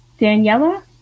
Daniela